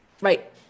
right